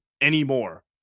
anymore